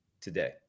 today